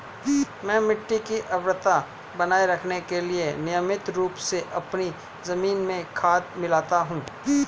मैं मिट्टी की उर्वरता बनाए रखने के लिए नियमित रूप से अपनी जमीन में खाद मिलाता हूं